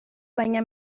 baina